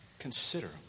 Consider